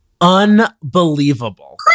Unbelievable